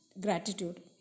gratitude